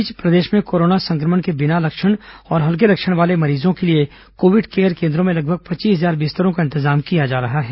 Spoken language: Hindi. इस बीच प्रदेश में कोरोना संक्रमण के बिना लक्षण और हल्के लक्षण वाले मरीजों के लिए कोविड केयर केन्द्रों में लगभग पच्चीस इजार बिस्तरों का इंतजाम किया जा रहा है